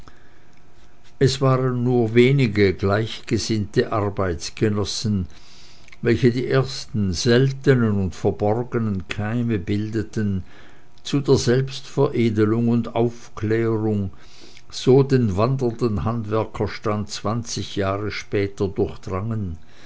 es waren nur wenige gleichgesinnte arbeitsgenossen welche die ersten seltenen und verborgenen keime bildeten zu der selbstveredlung und aufklärung so den wandernden handwerkerstand zwanzig jahre später durchdrangen